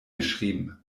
geschrieben